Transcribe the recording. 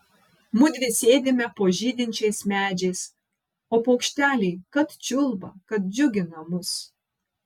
mudvi sėdime po žydinčiais medžiais o paukšteliai kad čiulba kad džiugina mus